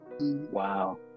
wow